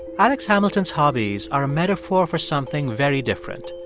alex hamilton's hobbies are a metaphor for something very different.